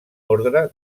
ordre